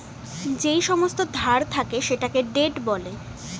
যেই সমস্ত ধার থাকে সেটাকে ডেট বলে